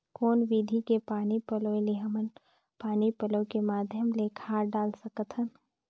कौन विधि के पानी पलोय ले हमन पानी पलोय के माध्यम ले खाद डाल सकत हन?